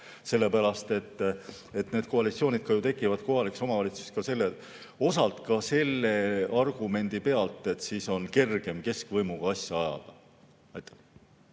Sellepärast, et koalitsioonid tekivad kohalikes omavalitsustes osalt ka selle argumendi pealt, et siis on kergem keskvõimuga asja ajada. Aitäh